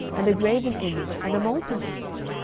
and a graven image, and a molten image?